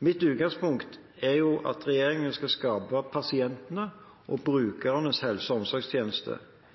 Mitt utgangspunkt er at regjeringen skal skape pasientenes og brukernes helse- og